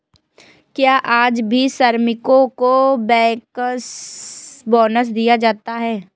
क्या आज भी श्रमिकों को बैंकर्स बोनस दिया जाता है?